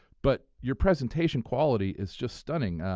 but your presentation quality is just stunning.